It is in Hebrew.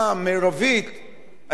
הייתי מרוויח הרבה מאוד